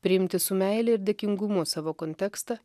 priimti su meile ir dėkingumu savo kontekstą